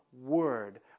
word